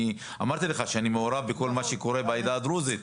אמרתי לך שאני מעורב בכל מה שקורה בעדה הדרוזית.